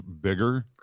bigger